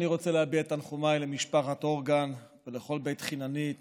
אני רוצה להביע את תנחומיי למשפחת הורגן ולכל בית חיננית